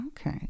okay